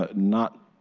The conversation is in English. ah not